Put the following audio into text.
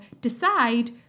decide